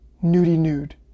nudie-nude